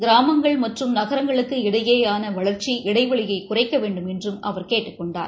கிராமங்கள் மற்றம் நகரங்களுக்கு இடையேயான வளா்ச்சி இளடவெளியை குறைக்க வேண்டும் என்றும் அவர் கேட்டுக் கொண்டார்